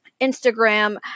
Instagram